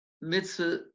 mitzvah